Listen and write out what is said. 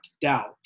doubt